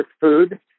food